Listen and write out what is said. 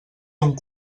ton